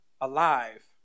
alive